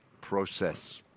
process